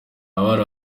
abana